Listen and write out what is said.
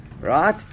right